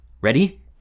Ready